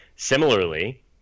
Similarly